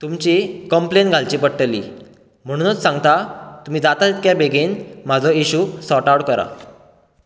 तुमची कंप्लेन घालची पडटली म्हणुनूच सांगता तुमी जाता तितल्या बेगीन म्हाजो इश्यू सोर्ट आवट करात